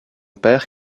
père